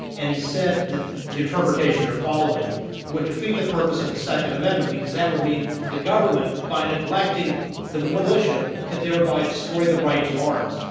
and he said that the interpretation you're following woulddefeat the purpose of the second amendment, because that would mean the government, by neglecting the militia, could thereby destroy the right to arms.